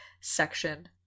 section